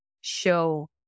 show